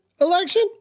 election